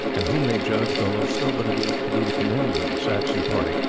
and whom they judged, although still but a youth, to be the commander of the saxon party,